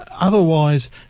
otherwise